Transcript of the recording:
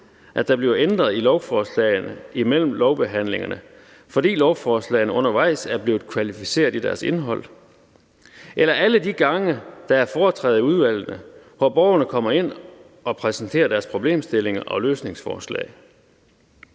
at der bliver ændret i lovforslagene imellem lovbehandlingerne, fordi lovforslagene undervejs er blevet kvalificeret i deres indhold; eller alle de gange, hvor der er foretræde i udvalgene, hvor borgerne kommer ind og præsenterer deres problemstillinger og løsningsforslag.